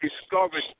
discovered